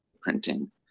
printing